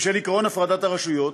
בשל עקרון הפרדת הרשויות,